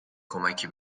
کمکی